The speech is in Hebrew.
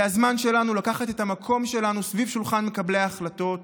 זה הזמן שלנו לקחת את המקום שלנו סביב שולחן מקבלי ההחלטות,